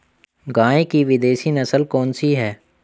गाय की विदेशी नस्ल कौन सी है?